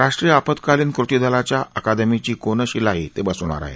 राष्ट्रीय आपत्कालीन कृती दलाच्या अकादमीची कोनशिलाही ते बसवणार आहेत